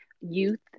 youth